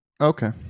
Okay